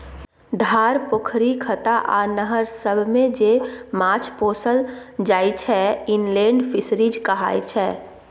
धार, पोखरि, खत्ता आ नहर सबमे जे माछ पोसल जाइ छै इनलेंड फीसरीज कहाय छै